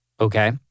okay